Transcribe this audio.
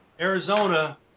Arizona